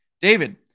David